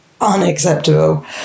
Unacceptable